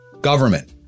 Government